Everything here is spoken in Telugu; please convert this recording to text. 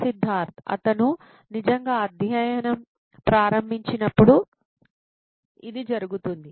సిద్ధార్థ్ అతను నిజంగా అధ్యయనం ప్రారంభించినప్పుడు ఇది జరుగుతుంది